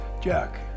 Jack